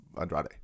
Andrade